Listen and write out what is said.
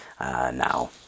now